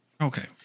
Okay